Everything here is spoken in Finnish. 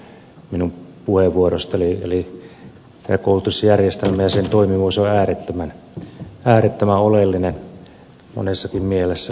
karjula vei osan minun puheenvuorostani eli koulutusjärjestelmä ja sen toimivuus on äärettömän oleellinen monessakin mielessä